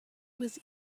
was